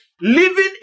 living